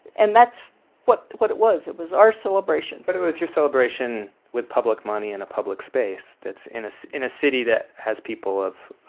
and that's what what it was. it was our celebration but it was your celebration with public money, in a public space, that's in so in a city that has people of